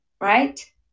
Right